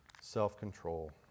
self-control